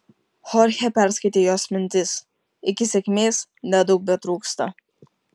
chorchė perskaitė jos mintis iki sėkmės nedaug betrūksta